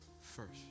first